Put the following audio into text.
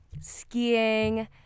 skiing